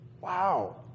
Wow